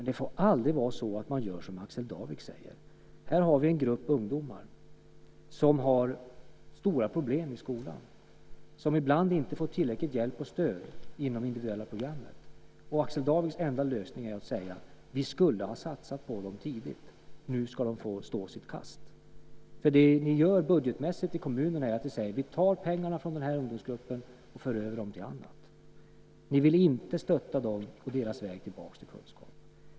Det får aldrig vara så att man gör som Axel Darvik säger. Här har vi en grupp ungdomar som har stora problem i skolan, som ibland inte får tillräckligt med hjälp och stöd inom det individuella programmet. Axel Darviks enda lösning är att säga: Vi skulle ha satsat på dem tidigt. Nu får de stå sitt kast. Det ni gör budgetmässigt i kommunerna är att ni tar pengarna från den här ungdomsgruppen och för över dem till annat. Ni vill inte stötta dem på deras väg tillbaka till kunskap.